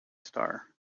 star